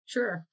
Sure